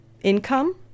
income